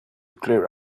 clear